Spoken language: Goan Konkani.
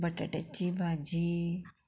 बटाट्याची भाजी